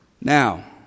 Now